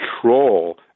control